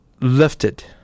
lifted